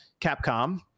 Capcom